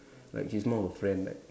like she's more of a friend like